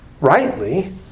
Rightly